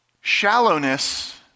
shallowness